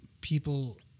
People